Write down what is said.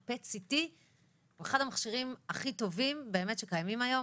PET CT הוא אחד המכשירים הכי טובים שקיימים היום,